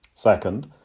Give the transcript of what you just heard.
Second